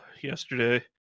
yesterday